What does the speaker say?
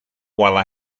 while